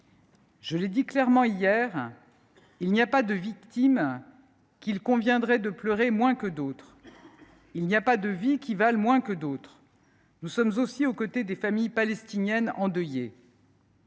Je l’ai dit clairement hier : il n’y a pas de victimes qu’il conviendrait de pleurer moins que d’autres. Il n’y a pas de vies qui valent moins que d’autres. Nous sommes aussi aux côtés des familles palestiniennes endeuillées.